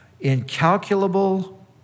incalculable